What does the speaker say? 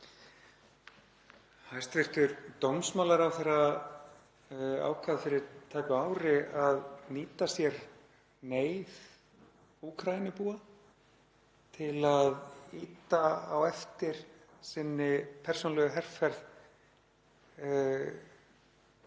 hæstv. dómsmálaráðherra ákvað fyrir tæpu ári að nýta sér neyð Úkraínubúa til að ýta á eftir sinni persónulegu herferð